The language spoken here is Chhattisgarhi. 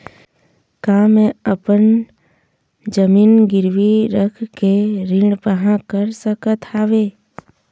का मैं अपन जमीन गिरवी रख के ऋण पाहां कर सकत हावे?